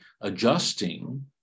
adjusting